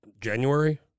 January